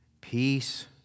peace